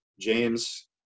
James